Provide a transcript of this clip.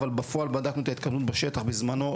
אבל בפועל בדקנו את ההתקדמות בשטח בזמנו,